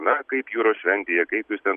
na kaip jūros šventėje kaip jūs ten